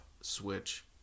switch